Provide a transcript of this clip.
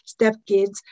stepkids